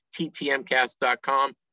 ttmcast.com